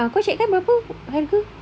eh kau check kan berapa harga